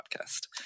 podcast